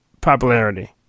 popularity